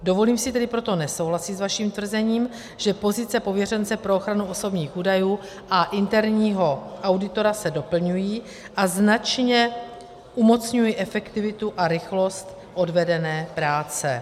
Dovolím si tedy proto nesouhlasit s vaším tvrzením, že pozice pověřence pro ochranu osobních údajů a interního auditora se doplňují a značně umocňují efektivitu a rychlost odvedené práce.